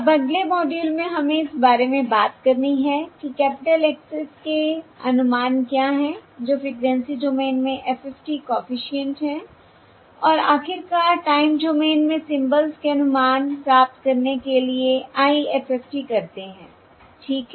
अब अगले मॉड्यूल में हमें इस बारे में बात करनी है कि कैपिटल X s के अनुमान क्या हैं जो फ़्रीक्वेंसी डोमेन में FFT कॉफिशिएंट्स हैं और आखिरकार टाइम डोमेन में सिंबल्स के अनुमान प्राप्त करने के लिए IFFT करते हैं ठीक है